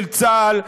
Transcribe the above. של צה"ל,